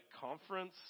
conference